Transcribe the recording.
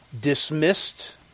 dismissed